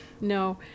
No